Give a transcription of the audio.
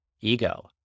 ego